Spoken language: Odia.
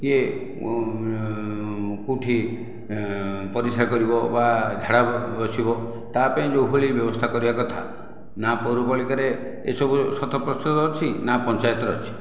କିଏ କେଉଁଠି ପରିଶ୍ରା କରିବ ବା ଝାଡ଼ା ବସିବ ତା ପାଇଁ ଯେଉଁ ଭଳି ବ୍ୟବସ୍ଥା କରିବା କଥା ନା ପୌରପାଳିକାରେ ଏହିସବୁ ଶତ ପ୍ରତିଶତ ଅଛି ନା ପଞ୍ଚାୟତରେ ଅଛି